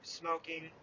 smoking